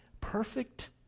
Perfect